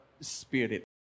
Spirit